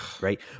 Right